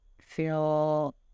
feel